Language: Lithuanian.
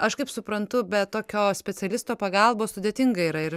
aš kaip suprantu be tokios specialisto pagalbos sudėtinga yra ir